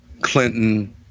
Clinton